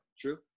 true